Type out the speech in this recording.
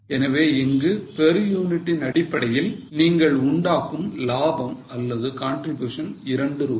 எனவே இங்கு per unit ன் அடிப்படையில் நீங்கள் உண்டாகும் லாபம் அல்லது contribution 2 ரூபாய்